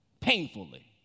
painfully